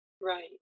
Right